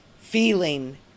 feeling